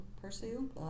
pursue